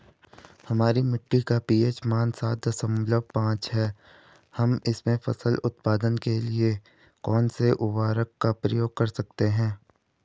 हमारी मिट्टी का पी.एच मान सात दशमलव पांच है हम इसमें फसल उत्पादन के लिए कौन से उर्वरक का प्रयोग कर सकते हैं?